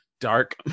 dark